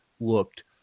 looked